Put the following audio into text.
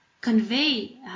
convey